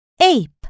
Ape